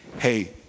Hey